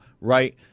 right